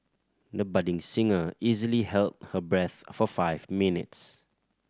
the budding singer easily held her breath for five minutes